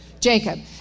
Jacob